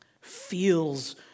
feels